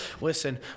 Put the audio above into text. Listen